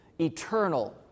eternal